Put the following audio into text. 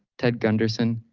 ted gunderson,